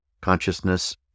Consciousness